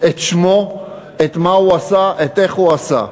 את שמו, מה הוא עשה, איך הוא עשה.